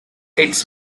its